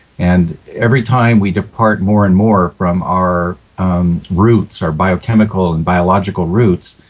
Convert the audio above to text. and every time we depart more and more from our roots, our biochemical and biological roots,